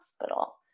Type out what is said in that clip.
hospital